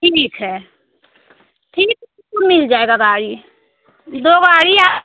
ठीक है ठीक मिल जाएगा गाड़ी दो गाड़ी आप